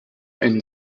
einen